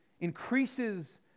increases